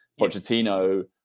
Pochettino